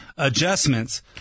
adjustments